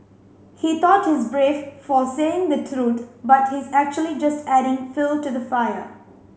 he thought he's brave for saying the truth but he's actually just adding fuel to the fire